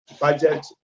budget